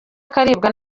akaribwa